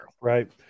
Right